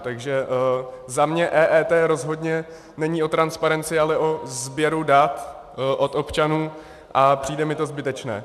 Takže za mě EET rozhodně není o transparenci, ale o sběru dat od občanů a přijde mi to zbytečné.